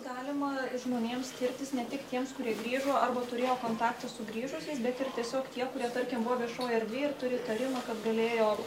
galima žmonėms tirtis ne tik tiems kurie grįžo arba turėjo kontaktą su grįžusiais bet ir tiesiog tie kurie tarkim buvo viešoj erdvėj ir turi įtarimą kad galėjo